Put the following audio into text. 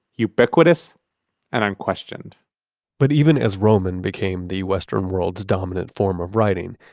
ubiquitous and unquestioned but even as roman became the western world's dominant form of writing,